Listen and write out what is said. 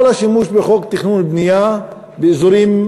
כל השימוש בחוק התכנון והבנייה באזורים,